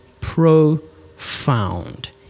profound